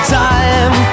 time